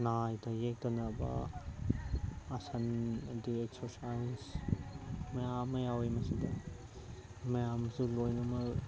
ꯅꯥꯗ ꯌꯦꯛꯇꯅꯕ ꯑꯥꯁꯟ ꯑꯗꯒꯤ ꯁꯨꯁꯥꯟꯁ ꯃꯌꯥꯝ ꯑꯃ ꯌꯥꯎꯏ ꯃꯁꯤꯗ ꯃꯌꯥꯝꯁꯨ ꯂꯣꯏꯅꯃꯛ